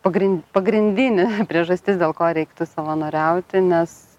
pagrin pagrindinė priežastis dėl ko reiktų savanoriauti nes